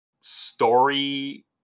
story